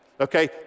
okay